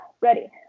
Ready